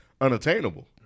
unattainable